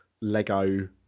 Lego